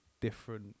different